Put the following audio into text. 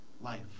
life